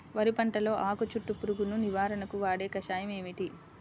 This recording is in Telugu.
వరి పంటలో ఆకు చుట్టూ పురుగును నివారణకు వాడే కషాయం ఏమిటి?